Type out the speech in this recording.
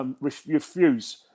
refuse